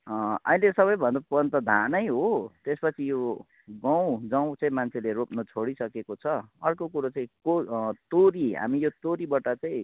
अहिले सबै भन्नु पर्ने त धानै हो त्यसपछि यो गहुँ जौँ चाहिँ मान्छेले रोप्न छोडिसकेको छ अर्को कुरो चाहिँ को तोरी हामी यो तोरीबाट चाहिँ